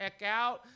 checkout